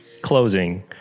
Closing